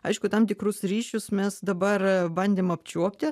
aišku tam tikrus ryšius mes dabar bandėm apčiuopti